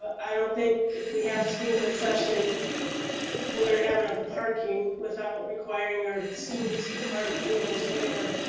but i don't think if we have school in session we're going to have enough parking without requiring our students to park who knows where